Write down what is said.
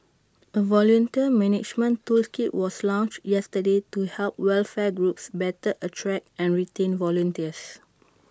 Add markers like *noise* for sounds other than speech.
A volunteer management *noise* toolkit was launched yesterday to help welfare groups better attract and retain volunteers